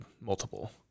multiple